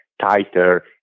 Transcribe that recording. tighter